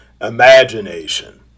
imagination